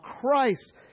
Christ